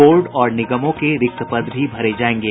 board और निगमों के रिक्त पद भी भरे जायेंगे